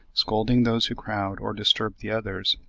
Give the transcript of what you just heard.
scolding those who crowd or disturb the others,